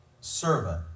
servant